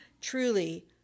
truly